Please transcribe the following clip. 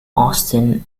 austin